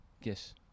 Yes